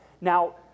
Now